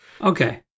Okay